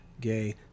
gay